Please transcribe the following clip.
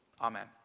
Amen